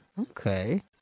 Okay